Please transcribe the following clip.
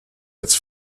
its